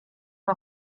war